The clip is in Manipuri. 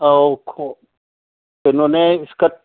ꯑꯧ ꯈꯣꯡ ꯀꯩꯅꯣꯅꯦ ꯏꯁꯀ꯭ꯔꯠ